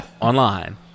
online